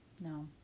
No